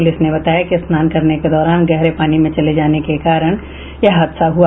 police ने बताया कि स्नान करने के दौरान गहरे पानी में चले जाने से यह हादसा हुआ